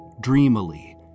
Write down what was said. dreamily